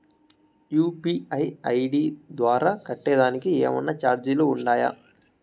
UPI ID ద్వారా కట్టేదానికి ఏమన్నా చార్జీలు ఉండాయా?